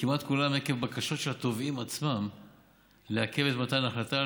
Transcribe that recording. כמעט כולם עקב בקשות של התובעים עצמם לעכב את מתן ההחלטה,